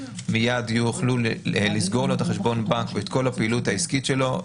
מיד יוכלו לסגור לו את החשבון בנק ואת כל הפעילות העסקית שלו.